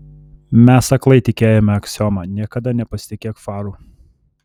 mes aklai tikėjome aksioma niekada nepasitikėk faru